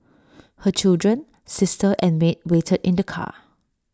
her children sister and maid waited in the car